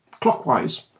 clockwise